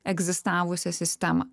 egzistavusią sistemą